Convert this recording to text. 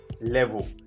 level